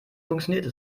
funktioniert